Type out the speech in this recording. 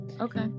Okay